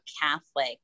Catholic